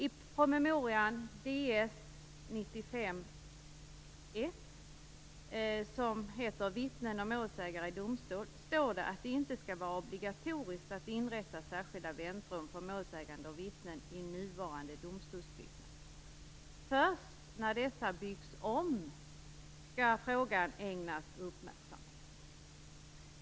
I promemorian DS95:1 Vittnen och målsägare vid domstol står det att det inte skall vara obligatoriskt att inrätta särskilda väntrum för målsägande och vittnen i nuvarande domstolsbyggnader. Först när dessa byggs om skall frågan ägnas uppmärksamhet.